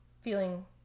feeling